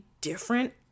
different